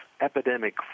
epidemic